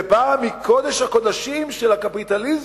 זה בא מקודש הקודשים של הקפיטליזם,